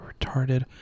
retarded